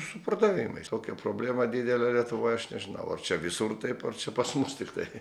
su pardavimais tokia problema didelė lietuvoj aš nežinau ar čia visur taip ar čia pas mus tiktai